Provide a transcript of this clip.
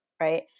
right